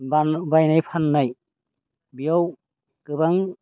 बायनाय फाननाय बियाव गोबां